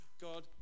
God